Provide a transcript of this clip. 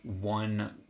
one